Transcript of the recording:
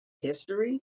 history